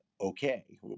okay